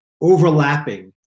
overlapping